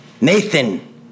Nathan